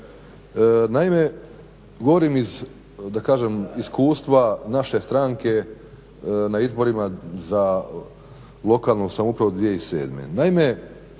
naime govorim iz, da kažem iskustva naše stranke na izborima za lokalnu samoupravu 2007.